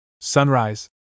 Sunrise